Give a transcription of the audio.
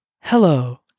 hello